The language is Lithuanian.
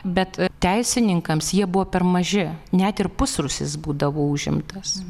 bet teisininkams jie buvo per maži net ir pusrūsis būdavo užimtas